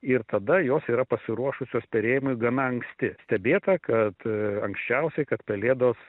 ir tada jos yra pasiruošusios perėjimui gana anksti stebėta kad a anksčiausiai kad pelėdos